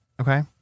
Okay